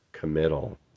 Committal